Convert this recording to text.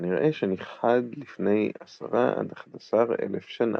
וכנראה שנכחד לפני 10–11 אלף שנה.